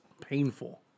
painful